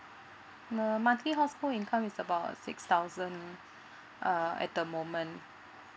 the monthly household income is about six thousand uh at the moment